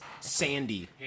sandy